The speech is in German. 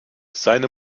seine